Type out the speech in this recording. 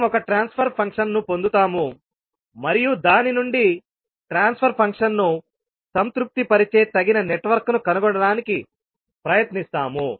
మనం ఒక ట్రాన్స్ఫర్ ఫంక్షన్ను పొందుతాము మరియు దాని నుండి ట్రాన్స్ఫర్ ఫంక్షన్ను సంతృప్తిపరిచే తగిన నెట్వర్క్ను కనుగొనడానికి ప్రయత్నిస్తాము